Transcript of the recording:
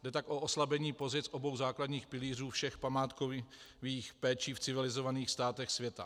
Jde tak o oslabení pozic obou základních pilířů všech památkových péčí v civilizovaných státech světa.